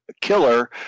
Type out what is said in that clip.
killer